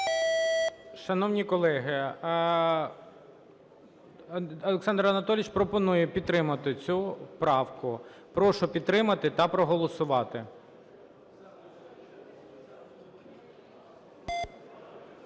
Шановні колеги, Олександр Анатолійович пропонує підтримати цю правку. Прошу підтримати та проголосувати.